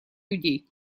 людей